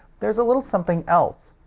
there's a little something else.